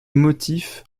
motifs